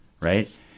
right